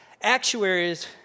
Actuaries